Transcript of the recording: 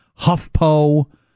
huffpo